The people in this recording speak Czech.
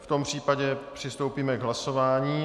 V tom případě přistoupíme k hlasování.